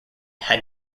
had